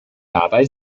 dabei